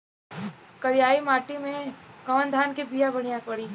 करियाई माटी मे कवन धान के बिया बढ़ियां पड़ी?